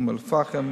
אום-אל-פחם,